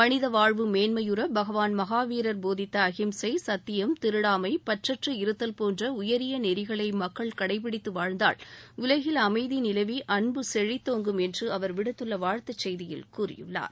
மனித வாழ்வு மேன்மையுற பகவான் மகாவீரர் போதித்த அகிம்சை சத்தியம் திருடாமை பற்றற்று இருத்தல் போன்ற உயரிய நெறிகளை மக்கள் கடைபிடித்து வாழ்ந்தால் உலகில் அமைதி நிலவி அன்பு செழித்தோங்கும் என்று அவர் விடுத்துள்ள வாழ்த்துச் செயதியில் கூறியுள்ளார்